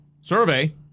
survey –